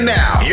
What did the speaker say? now